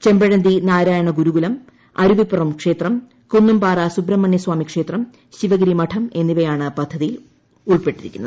ചെമ്പഴന്തി നാരായണ ഗുരുകുലം അരുവിപ്പുറം ക്ഷേത്രം കുന്നുംപാറ സുബ്രഹ്മണ്യ സ്വാമി ക്ഷേത്രം ശിവഗിരി മഠം എന്നിവയാണ് പദ്ധതിയിൽ ഉൾപ്പെട്ടിരിക്കുന്നത്